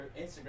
Instagram